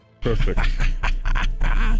Perfect